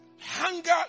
hunger